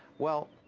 well,